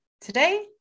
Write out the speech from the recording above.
Today